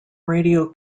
radio